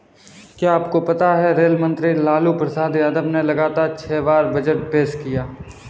क्या आपको पता है रेल मंत्री लालू प्रसाद यादव ने लगातार छह बार बजट पेश किया?